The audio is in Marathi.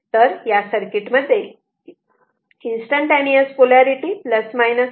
तर या सर्किटमध्ये इंस्टंटन्टटेनिअस पोलारिटी instantaneous polarity आहे